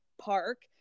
park